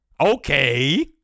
Okay